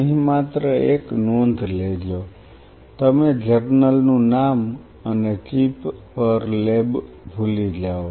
અહીં માત્ર એક નોંધ લેજો તમે જર્નલનું નામ અને ચિપ પર લેબ ભૂલી જાઓ